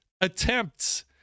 attempts